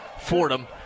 Fordham